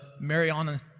Mariana